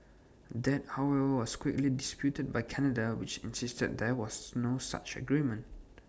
that however was quickly disputed by Canada which insisted that there was no such agreement